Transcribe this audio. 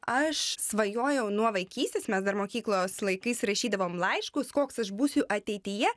aš svajojau nuo vaikystės mes dar mokyklos laikais rašydavom laiškus koks aš būsiu ateityje